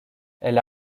elle